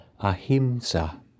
ahimsa